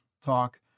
talk